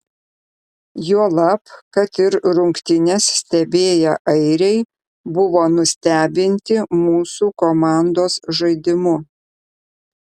juolab kad ir rungtynes stebėję airiai buvo nustebinti mūsų komandos žaidimu